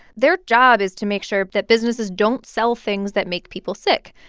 their job is to make sure that businesses don't sell things that make people sick.